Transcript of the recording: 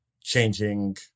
changing